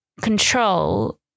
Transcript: control